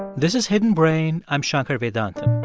this is hidden brain. i'm shankar vedantam